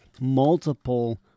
multiple